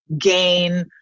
gain